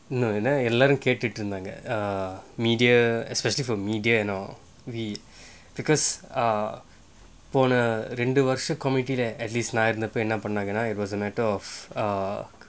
ஓன்னும் இல்ல எல்லாரும் கேட்டுட்டு இருந்தாங்க:onnum illa ellarum kettuttu iruntanga media especially for media you know we because uh போன ரெண்டு வருஷம் நான் இருந்தப்ப:pona rendu varusham naan irunthappa it was a matter of err